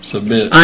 Submit